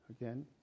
again